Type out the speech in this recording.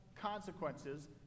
consequences